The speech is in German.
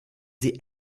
sie